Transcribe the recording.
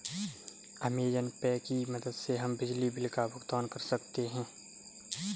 Amazon Pay की मदद से हम बिजली बिल का भुगतान कर सकते हैं